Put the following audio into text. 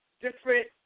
different